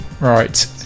right